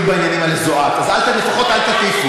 ממלכתיות בעניינים האלה זו את, אז לפחות אל תטיפי.